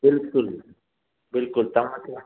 बिल्कुलु बिल्कुलु तव्हां खे